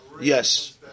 Yes